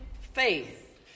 faith